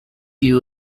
you